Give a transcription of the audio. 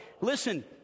Listen